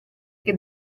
che